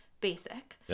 basic